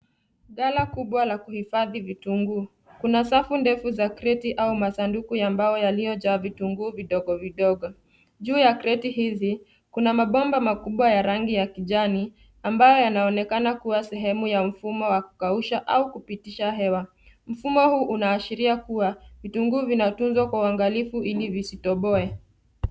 Ghala kubwa la kuhifadhi vitunguu. Kuna safu ndefu za crate au masaduku ya mbao yaliyojaa vitunguu vidogo vidogo. Juu ya crate hizi kuna mabomba makubwa ya rangi ya kijani ambayo yanaonekana kuwa sehemu ya mfumo wa kukausha au kupitisha hewa. Mfumo huu unaashiria kuwa vitunguu vinatunzwa kwa uangalifu ili visitoboe.